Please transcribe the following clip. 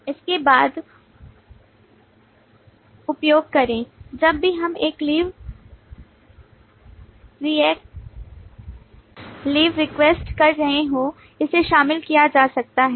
इसके बाद उपयोग करें जब भी हम एक लीव रिक्वेस्ट कर रहे हों इसे शामिल किया जा सकता है